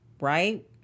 right